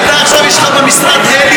שעכשיו יש לך עכשיו במשרד הליום.